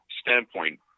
standpoint